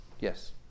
yes